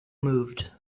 moved